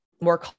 more